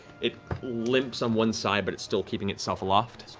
it limps on one side, but it's still keeping itself aloft.